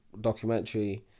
documentary